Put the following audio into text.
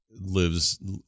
lives